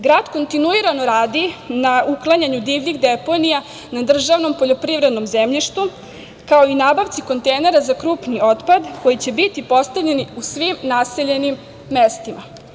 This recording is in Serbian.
Grad kontinuirano radi na uklanjanju divljih deponija na državnom poljoprivrednom zemljištu kao i nabavci kontejnera za krupni otpad koji će biti postavljeni u svim naseljenim mestima.